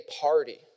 party